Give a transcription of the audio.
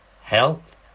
health